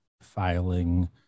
filing